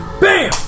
BAM